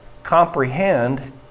comprehend